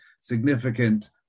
significant